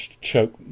choke